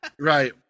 Right